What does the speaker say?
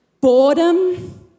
boredom